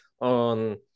on